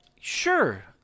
sure